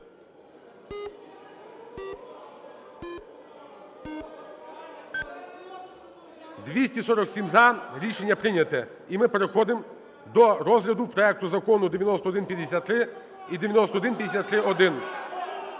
За-247 Рішення прийнято. І ми переходимо до розгляду проекту Закону 9153 і 9153-1.